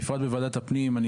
בפרט בוועדת הפנים,